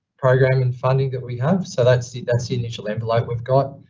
program and funding that we have. so that's the, that's the initial envelope we've got.